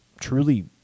truly